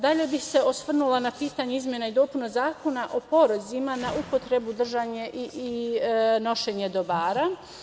Dalje bih se osvrnula na pitanje izmene i dopuna Zakona o porezima na upotrebu držanje i nošenje dobara.